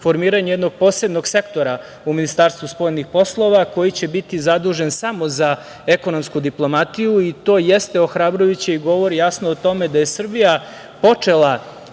formiranje jednog posebnog sektora u Ministarstvu spoljnih poslova koji će biti zadužen samo za ekonomsku diplomatiju, i to jeste ohrabrujuće i govori jasno o tome da je Srbija počela